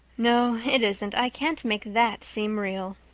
no, it isn't i can't make that seem real.